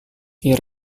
here